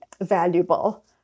valuable